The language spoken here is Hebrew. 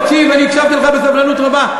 אני הקשבתי לך בסבלנות רבה.